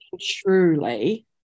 truly